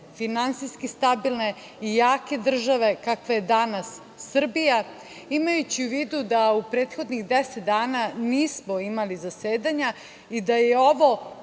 finansijski stabilne i jake države kakva je danas Srbija, imajući u vidu da u prethodnih deset dana nismo imali zasedanja i da je ovo